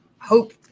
hope